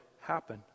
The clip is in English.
happen